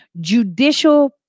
Judicial